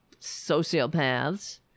sociopaths